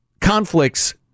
conflicts